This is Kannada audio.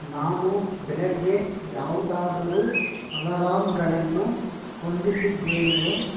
ನಾನು ಬೆಳಗ್ಗೆ ಯಾವುದಾದರೂ ಅಲಾರಾಮ್ಗಳನ್ನು ಹೊಂದಿಸಿದ್ದೇನೆಯೇ